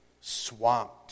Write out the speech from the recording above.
swamped